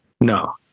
No